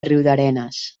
riudarenes